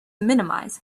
minimize